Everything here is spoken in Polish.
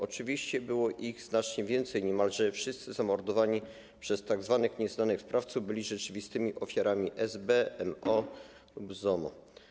Oczywiście było ich znacznie więcej, niemalże wszyscy zamordowani przez tzw. nieznanych sprawców byli rzeczywistymi ofiarami SB, MO lub ZOMO.